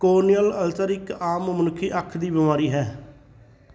corneal ulcer ਇੱਕ ਆਮ ਮਨੁੱਖੀ ਅੱਖ ਦੀ ਬਿਮਾਰੀ ਹੈ